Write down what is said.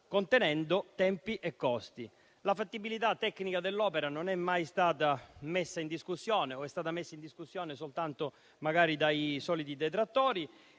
contenendo tempi e costi. La fattibilità tecnica dell'opera non è mai stata messa in discussione o è stato fatto soltanto magari dai soliti detrattori